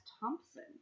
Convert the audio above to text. Thompson